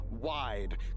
wide